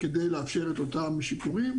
כדי לאפשר את אותם שיפורים,